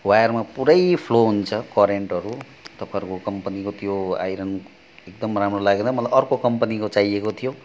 वायरमा पुरै फ्लो हुन्छ करेन्टहरू तपाईँहरूको कम्पनीको त्यो आइरन एकदम राम्रो लागेन मलाई अर्को कम्पनीको चाहिएको थियो